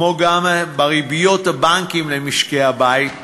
וגם בריביות הבנקים למשקי-הבית,